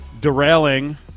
derailing